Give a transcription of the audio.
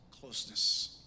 closeness